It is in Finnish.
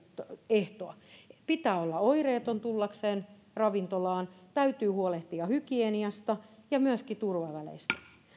ehtoa pitää olla oireeton tullakseen ravintolaan täytyy huolehtia hygieniasta ja myöskin turvaväleistä